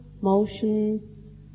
motion